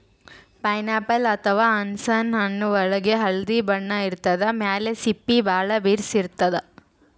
pineapple ಅಥವಾ ಅನಾನಸ್ ಹಣ್ಣ್ ಒಳ್ಗ್ ಹಳ್ದಿ ಬಣ್ಣ ಇರ್ತದ್ ಮ್ಯಾಲ್ ಸಿಪ್ಪಿ ಭಾಳ್ ಬಿರ್ಸ್ ಇರ್ತದ್